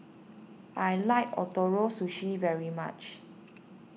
I like Ootoro Sushi very much